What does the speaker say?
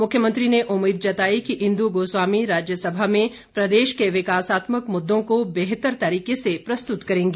मुख्यमंत्री ने उम्मीद जताई कि इंदु गोस्वामी राज्यसभा में प्रदेश के विकासात्मक मुद्दों को बेहतर तरीके से प्रस्तुत करेंगी